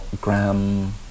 Graham